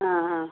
ആ ആ